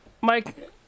Mike